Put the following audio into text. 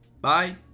Bye